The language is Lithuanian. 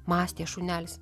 mąstė šunelis